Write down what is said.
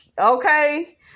Okay